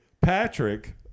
Patrick